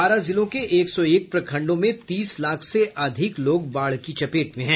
बारह जिलों के एक सौ एक प्रखंडों में तीस लाख से अधिक लोग बाढ़ की चपेट में हैं